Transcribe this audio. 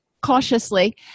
cautiously